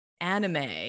anime